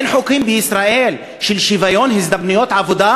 אין בישראל חוקים של שוויון הזדמנויות בעבודה,